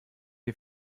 die